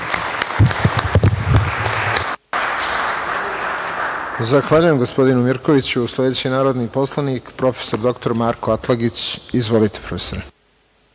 Zahvaljujem, gospodinu Mirkoviću. Sledeći narodni poslanik, profesor dr Marko Atlagić. Izvolite.